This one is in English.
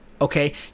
okay